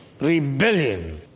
Rebellion